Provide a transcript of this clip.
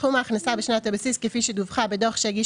סכום ההכנסה בשנת הבסיס כפי שדווחה בדוח שהגיש